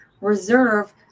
Reserve